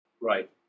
Right